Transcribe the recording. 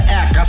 act